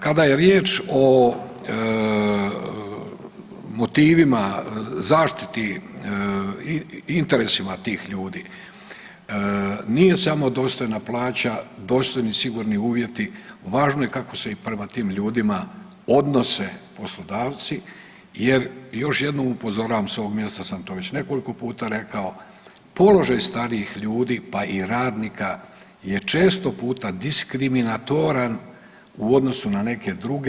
Kada je riječ o motivima, zaštiti, interesima tih ljudi nije samo dostojna plaća, dostojni sigurni uvjeti važno je kako se i prema tim ljudima odnose poslodavci jer još jednom upozoravam, s ovog mjesta sam to već nekoliko puta rekao, položaj starijih ljudi pa i radnika je često puta diskriminatoran u odnosu na neke druge.